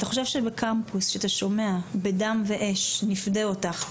אתה חושב שבקמפוס כשאתה שומע: בדם ובאש נפדה אותך,